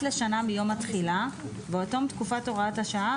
לשנה מיום התחילה ועד תום תקופת הוראת השעה,